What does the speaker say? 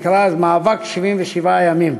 הוא נקרא אז "מאבק 77 הימים".